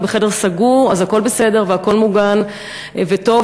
בחדר סגור אז הכול בסדר והכול מוגן וטוב,